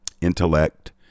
intellect